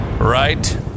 Right